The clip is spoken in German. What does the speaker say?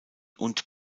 und